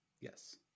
Yes